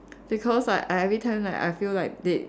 because I I every time like I feel like they